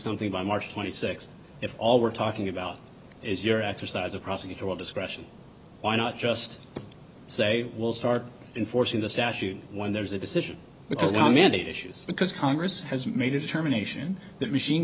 something by march twenty sixth if all we're talking about is your exercise of prosecutorial discretion why not just say we'll start enforcing the statute when there's a decision because the mandate issues because congress has made a determination that machine